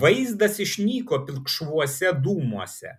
vaizdas išnyko pilkšvuose dūmuose